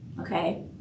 Okay